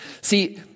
See